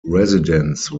residence